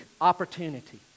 opportunity